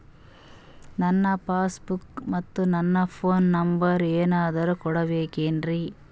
ನನ್ನ passbook ಮತ್ ನನ್ನ ಫೋನ್ ನಂಬರ್ ಏನಾದ್ರು ಕೊಡಬೇಕೆನ್ರಿ?